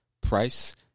price